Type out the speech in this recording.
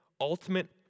ultimate